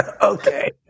Okay